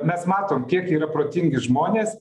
mes matom kiek yra protingi žmonės